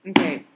Okay